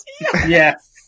Yes